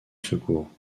secours